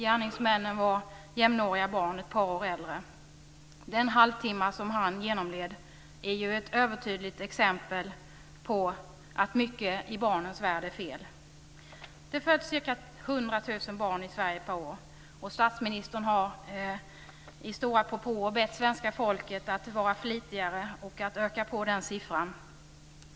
Gärningsmännen var andra barn, ett par år äldre. Den halvtimme som han genomled är ett övertydligt exempel på att mycket är fel i barnens värld. Det föds ca 100 000 barn per år i Sverige. Och statsministern har i stora propåer bett svenska folket att vara flitigare och att öka den siffran.